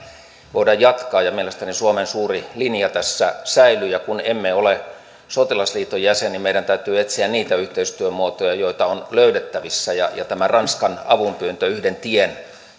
jatkaa mielestäni suomen suuri linja tässä säilyy kun emme ole sotilasliiton jäsen niin meidän täytyy etsiä niitä yhteistyömuotoja joita on löydettävissä ja tämä ranskan avunpyyntö yhden tien